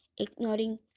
ignoring